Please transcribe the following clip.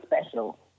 special